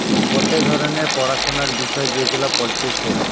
গটে ধরণের পড়াশোনার বিষয় যেগুলা পড়তিছে